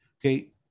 okay